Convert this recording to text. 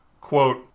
Quote